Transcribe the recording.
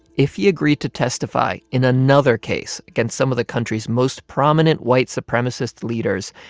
if he agreed to testify in another case, against some of the country's most prominent white supremacist leaders,